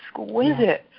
exquisite